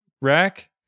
Rack